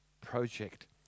project